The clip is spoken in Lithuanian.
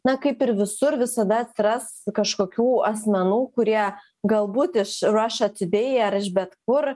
na kaip ir visur visada atras kažkokių asmenų kurie galbūt iš ruoša tiudei ar iš bet kur